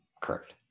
Correct